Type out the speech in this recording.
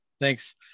Thanks